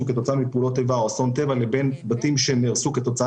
כתוצאה מפעולות איבה או אסון טבע לבין בתים שנהרסו כתוצאה